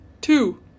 Two